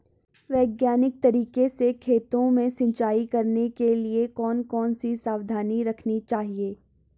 वैज्ञानिक तरीके से खेतों में सिंचाई करने के लिए कौन कौन सी सावधानी रखनी चाहिए?